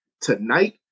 tonight